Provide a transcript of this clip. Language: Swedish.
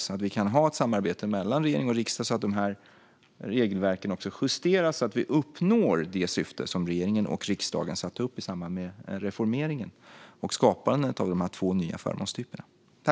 Då skulle vi kunna ha ett samarbete mellan regering och riksdag så att regelverken justeras på så sätt att vi uppnår det syfte som regering och riksdag fastställde i samband med reformeringen och skapandet av de två nya förmånstyperna.